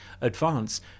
advance